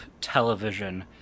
television